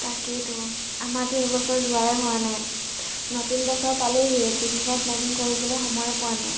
তাকেইেতো আমাৰাতো এইবছৰ যোৱাই হোৱা নাই নতুন বছৰ পালেহিয়ে পিকনিকৰ প্লেনিং কৰিবলৈ সময়ে পোৱা নাই